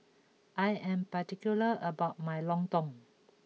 I am particular about my Lontong